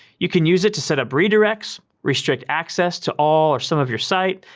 you can use it to set up redirects, restrict access to all or some of your site,